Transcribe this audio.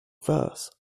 verse